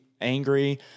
angry –